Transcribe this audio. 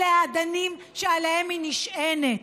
אלה האדנים שעליהם היא נשענת,